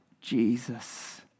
Jesus